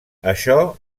això